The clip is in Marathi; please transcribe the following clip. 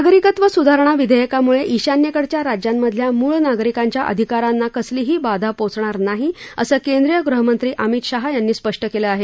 नागरिकत्व सुधारणा विधेयकामुळे ईशान्येकडच्या राज्यांमधल्या मूळ नागरिकांच्या अधिकारांना कसलीही बाधा पोचणार नाही असं केंद्रीय गृहमंत्री अमित शहा यांनी स्पष्ट केलं आहे